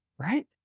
right